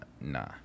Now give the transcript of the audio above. Nah